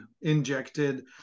injected